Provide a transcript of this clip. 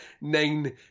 nine